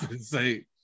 say